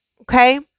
okay